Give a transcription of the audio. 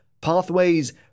pathways